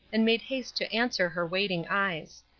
and made haste to answer her waiting eyes.